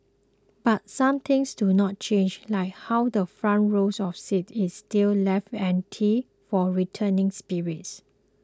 but some things do not change like how the front row of seats is still left empty for returning spirits